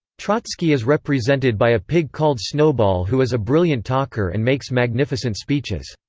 trotsky is represented by a pig called snowball who is a brilliant talker and makes magnificent speeches.